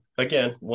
again